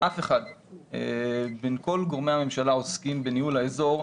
אף אחד בין כל גורמי הממשלה העוסקים בניהול האזור,